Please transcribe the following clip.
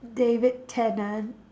David Tennant